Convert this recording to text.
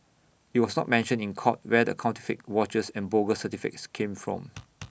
IT was not mentioned in court where the counterfeit watches and bogus certificates came from